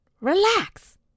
Relax